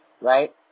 right